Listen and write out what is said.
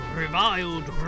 reviled